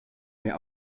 mir